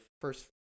first